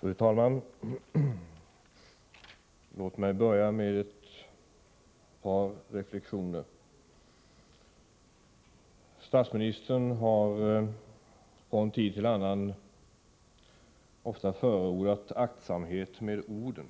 Fru talman! Låt mig börja med ett par reflektioner. Statsministern har tid efter annan förordat aktsamhet med orden.